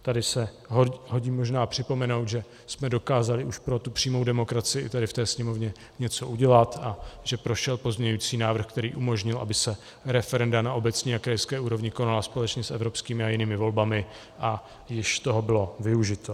Tady se hodí možná připomenout, že už jsme dokázali pro přímou demokracii i tady ve Sněmovně něco udělat a že prošel pozměňující návrh, který umožnil, aby se referenda na obecní a krajské úrovni konala společně s evropskými a jinými volbami, a již toho bylo využito.